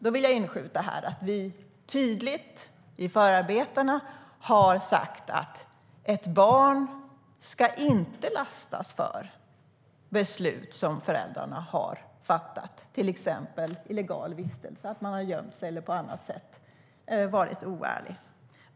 Jag vill här inskjuta att vi i förarbetena tydligt har sagt att ett barn inte ska lastas för att beslut som föräldrarna har fattat, till exempel illegal vistelse, att man har gömt sig, eller på annat sätt varit oärlig.